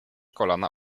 kolana